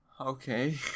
okay